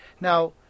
Now